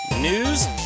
news